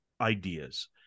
ideas